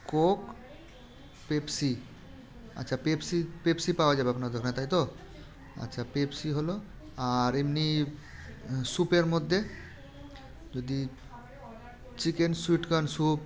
Coke Pepsi আচ্ছা Pepsi Pepsi পাওয়া যাবে আপনাদের ওখানে তাই তো আচ্ছা পেপসি হলো আর এমনি স্যুপের মধ্যে যদি চিকেন সুইট কর্ন স্যুপ